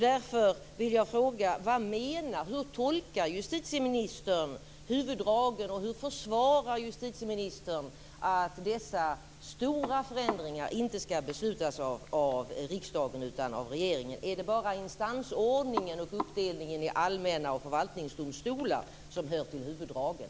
Därför vill jag fråga: Hur tolkar justitieministern huvuddragen? Hur försvarar justitieministern att dessa stora förändringar inte ska beslutas av riksdagen utan av regeringen? Är det bara instansordningen och uppdelningen i allmänna domstolar och förvaltningsdomstolar som hör till huvuddragen?